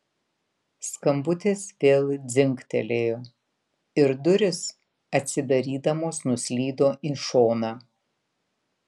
skambutis vėl dzingtelėjo ir durys atsidarydamos nuslydo į šoną